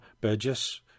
Burgess